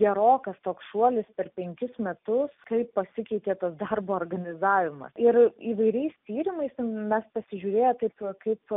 gerokas toks šuolis per penkis metus kaip pasikeitė tas darbo organizavimas ir įvairiais tyrimais mes pasižiūrėję taip kaip